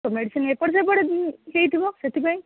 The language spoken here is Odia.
ତ ମେଡିସିନ୍ ଏପଟ ସେପଟ ହୋଇଥିବ ସେଥିପାଇଁ